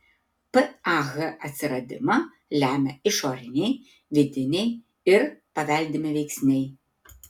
pah atsiradimą lemia išoriniai vidiniai ir paveldimi veiksniai